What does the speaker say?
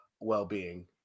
well-being